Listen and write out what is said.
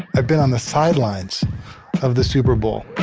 i've been on the sidelines of the super bowl,